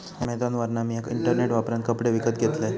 अॅमेझॉनवरना मिया इंटरनेट वापरान कपडे विकत घेतलंय